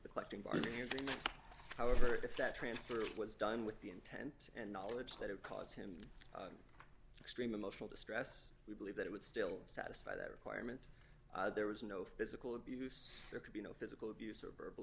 the collecting by you however if that transfer was done with the intent and knowledge that had caused him extreme emotional distress we believe that it would still satisfy that requirement there was no physical abuse there could be no physical abuse or verbal